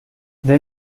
they